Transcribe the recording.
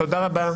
תודה רבה.